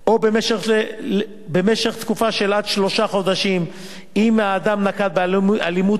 או במשך תקופה של עד שלושה חודשים אם האדם נקט אלימות